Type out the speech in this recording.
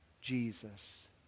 Jesus